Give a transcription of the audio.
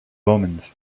omens